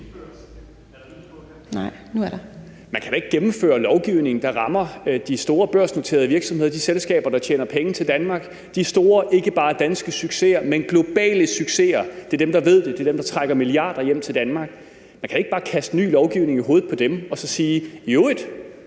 Man kan da ikke gennemføre lovgivning, der rammer de store børsnoterede virksomheder – de selskaber, der tjener penge til Danmark, de store ikke bare danske succeser, men globale succeser. Det er dem, der ved det; det er dem, der trækker milliarder hjem til Danmark. Man kan da ikke bare kaste ny lovgivning i hovedet på dem og så sige: I